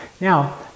Now